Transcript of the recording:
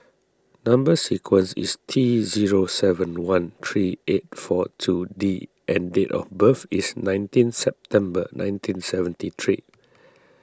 Number Sequence is T zero seven one three eight four two D and date of birth is nineteen September nineteen seventy three